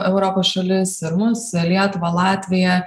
europos šalis ir mus lietuvą latviją